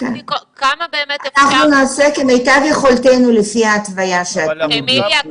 אנחנו נעשה כמיטב יכולתנו לפי ההתוויה שאת מבקשת.